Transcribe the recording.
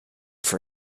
for